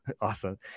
Awesome